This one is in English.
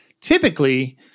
Typically